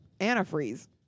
Antifreeze